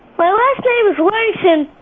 my last name is larson.